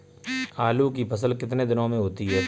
आलू की फसल कितने दिनों में होती है?